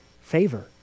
favor